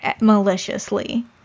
maliciously